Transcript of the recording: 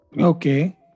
Okay